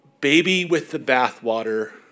baby-with-the-bathwater